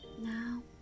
Now